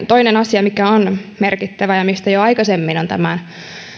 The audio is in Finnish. toinen asia mikä on merkittävä ja mistä jo aikaisemmin on tämän